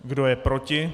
Kdo je proti?